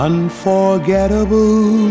Unforgettable